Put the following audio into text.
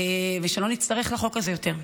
ושלא נצטרך לחוק הזה יותר.